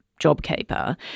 JobKeeper